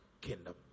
kingdom